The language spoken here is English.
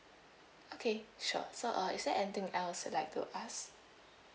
okay sure so uh is there anything else you like to ask